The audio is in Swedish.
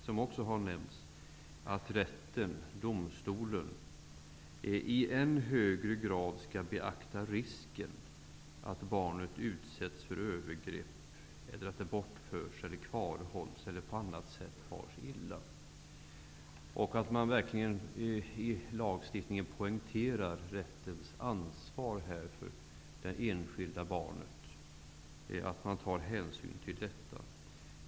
Den andra punkten är att domstolen i än högre grad skall beakta risken för att barnet utsätts för övergrepp eller för att barnet bortförs, kvarhålls eller på annat sätt far illa. Rättens ansvar här för att ta hänsyn till det enskilda barnet poängteras verkligen i lagstiftningen.